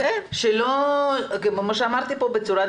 כמו שאמרתי פה,